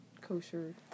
kosher